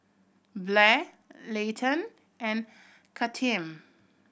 Blair Leighton and Kathern